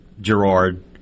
Gerard